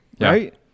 Right